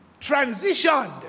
transitioned